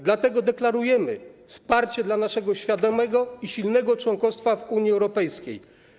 Dlatego deklarujemy wsparcie dla naszego świadomego i silnego członkostwa w Unii Europejskiej.